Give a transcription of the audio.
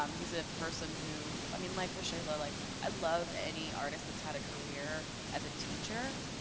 um he's a person who i mean like rashayla. like i love any artist that's had a career as a teacher.